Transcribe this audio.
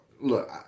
look